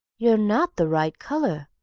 you're not the right colour.